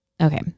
okay